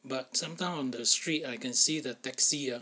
but sometimes on the street I can see the taxi ah